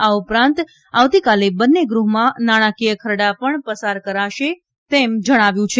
આ ઉપરાંત આવતીકાલે બંને ગૃહમાં નાણાંકીય ખરડા પણ પસાર કરાશે તેમ જણાવ્યું છે